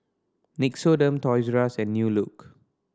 Nixoderm Toys R Us and New Look